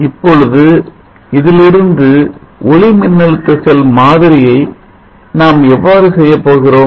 இப்பொழுது இதிலிருந்து ஒளி மின்னழுத்த செல் மாதிரியை நாம் எவ்வாறு செய்யப்போகிறோம்